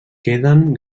queden